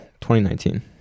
2019